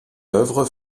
œuvre